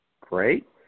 Great